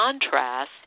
contrast